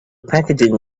packaging